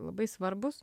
labai svarbūs